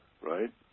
right